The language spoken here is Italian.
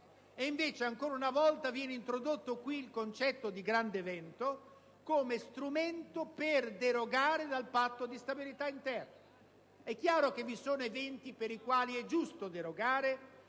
Invece, ancora una volta, viene qui introdotto il concetto di grande evento, come strumento per derogare dal Patto di stabilità interno. È chiaro che vi sono eventi per i quali è giusto derogare,